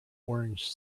orange